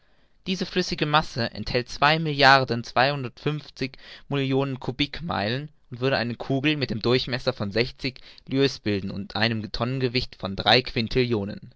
diese flüssige masse enthält zwei milliarden zweihundertundfünfzig millionen kubikmeilen und würde eine kugel mit einem durchmesser von sechzig lieues bilden und einem tonnengewicht von drei